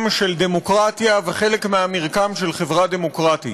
של דמוקרטיה וחלק מהמרקם של חברה דמוקרטית.